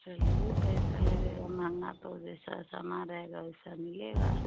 चलिए तो ऐसा लगेगा महँगा तो जैसा सामान रहेगा वैसा मिलेगा